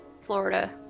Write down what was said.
Florida